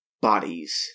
Bodies